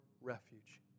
refuge